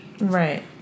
Right